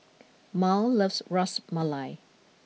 Mal loves Ras Malai